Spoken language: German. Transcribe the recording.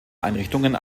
einrichtungen